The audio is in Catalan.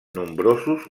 nombrosos